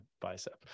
bicep